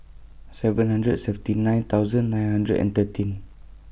seven hundred seventy nine thousand nine hundred and thirteen